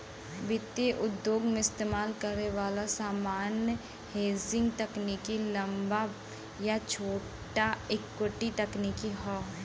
वित्तीय उद्योग में इस्तेमाल करे वाला सामान्य हेजिंग तकनीक लंबा या छोटा इक्विटी तकनीक हौ